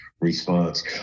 response